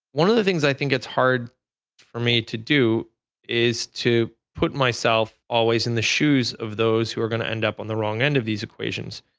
one of the things i think it's hard for me to do is to put myself always in the shoes of those who are going to end up on the wrong end of these equations.